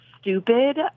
stupid